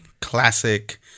classic